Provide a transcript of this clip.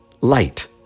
light